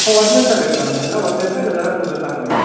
so ಒರ್ಜಿನಲ್ಸೇ ಬೇಕಾ madam ಎಲ್ಲಾ ಒರ್ಜಿನಲ್ಸಾ ಇಲ್ಲ ಜೆರಾಕ್ಸ್ ತಂದರೆ ಸಾಕಾ ಮೇಡಮ್